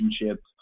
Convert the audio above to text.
relationship